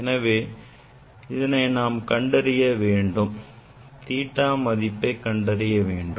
எனவே இதனை நாம் கண்டறிய கோணம் theta மதிப்பை கண்டறிய வேண்டும்